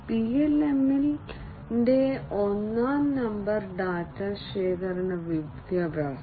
PLM ന്റെ ഒന്നാം number data ശേഖരണ വിദ്യാഭ്യാസം